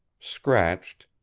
scratched,